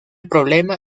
problema